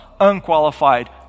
unqualified